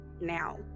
now